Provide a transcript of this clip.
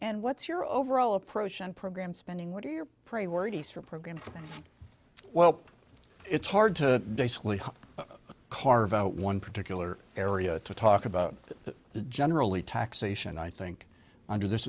and what's your overall approach and program spending what are your priorities for a program well it's hard to basically carve out one particular area to talk about generally taxation i think under this